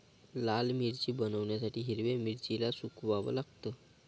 लाल मिरची बनवण्यासाठी हिरव्या मिरचीला सुकवाव लागतं